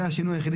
הלאה,